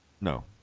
No